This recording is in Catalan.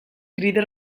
crida